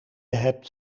hebt